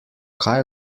kaj